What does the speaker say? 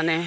মানে